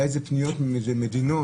הייתה פניות ממדינות,